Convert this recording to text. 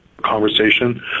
conversation